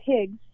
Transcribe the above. pigs